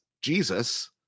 Jesus